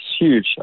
huge